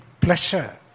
pleasure